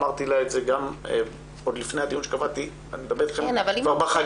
אמרתי לה את זה עוד לפני הדיון שקבעתי כבר בחגים.